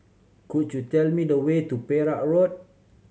could you tell me the way to Perak Road